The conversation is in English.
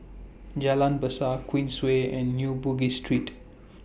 Jalan Besar Queensway and New Bugis Street